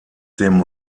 dem